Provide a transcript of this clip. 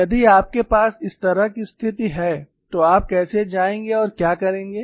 यदि आपके पास इस तरह की स्थिति है तो आप कैसे जाएंगे और क्या करेंगे